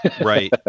right